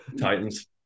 Titans